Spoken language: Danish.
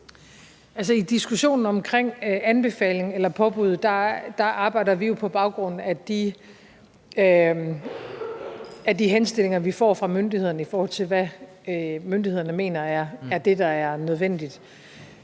i diskussionen om anbefaling eller påbud arbejder vi på baggrund af de henstillinger, vi får fra myndighederne om, hvad myndighederne mener er nødvendigt.